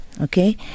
Okay